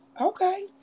Okay